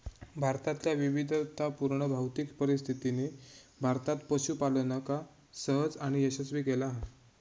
भारतातल्या विविधतापुर्ण भौतिक परिस्थितीनी भारतात पशूपालनका सहज आणि यशस्वी केला हा